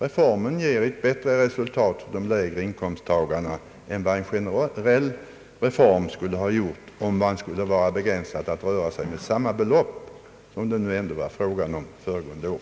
Reformen ger således ett bättre resultat för de lägre inkomsttagarna än vad en generell reform skulle göra, om man vore hänvisad till att röra sig med samma belopp som föregående år.